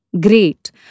great